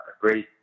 great